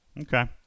Okay